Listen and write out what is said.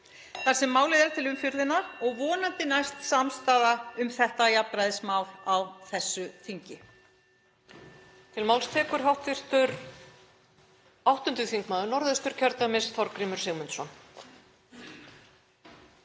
þar sem málið er til umfjöllunar og vonandi næst samstaða um þetta jafnræðismál á þessu þingi.